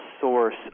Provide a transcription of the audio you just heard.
source